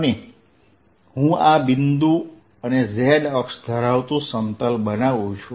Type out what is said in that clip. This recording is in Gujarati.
અને હું આ બિંદુ અને z અક્ષ ધરાવતું સમતલ બનાવું છું